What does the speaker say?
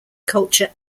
culture